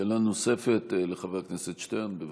שאלה נוספת לחבר הכנסת שטרן, בבקשה.